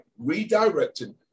Redirecting